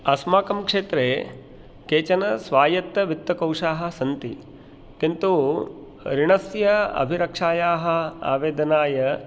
अस्माकं क्षेत्रे केचन स्वायत्तवित्तकोशाः सन्ति किन्तु ऋणस्य अभिरक्षायाः आवेदनाय